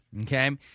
Okay